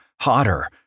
hotter